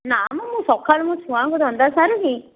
ନା ମ ମୁଁ ସକାଳୁ ମୋ ଛୁଆଙ୍କ ରନ୍ଧା ସାରିନି